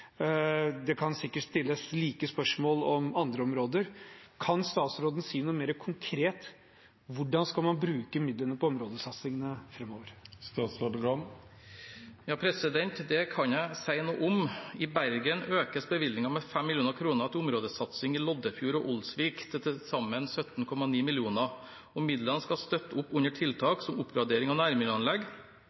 Det kan sikkert stilles like spørsmål om andre områder. Kan statsråden si noe mer konkret om hvordan man skal bruke midlene på områdesatsingene framover? Ja, det kan jeg si noe om. I Bergen økes bevilgningen med 5 mill. kr til områdesatsing i Loddefjord og Olsvik, til til sammen 17,9 mill. kr. Midlene skal støtte opp under tiltak som oppgradering av nærmiljøanlegg,